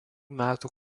metų